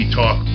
talk